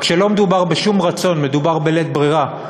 רק שלא מדובר בשום רצון, מדובר בלית ברירה.